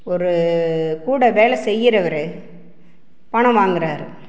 ஒரு கூட வேலை செய்கிறவரு பணம் வாங்கிறாரு